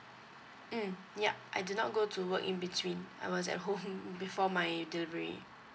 mm yup I do not go to work in between I was at home before my delivery